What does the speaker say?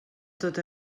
tot